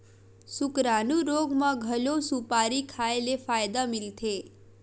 सुकरानू रोग म घलो सुपारी खाए ले फायदा मिलथे